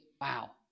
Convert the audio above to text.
Wow